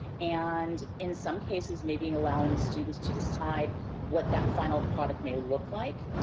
and in some cases maybe allowing the students to decide what that final product may look like,